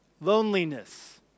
loneliness